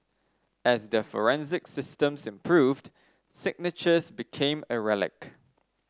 as their forensic systems improved signatures became a relic